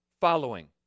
following